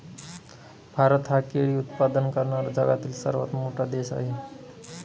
भारत हा केळी उत्पादन करणारा जगातील सर्वात मोठा देश आहे